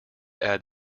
add